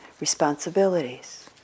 responsibilities